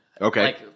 Okay